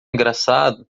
engraçado